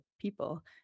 people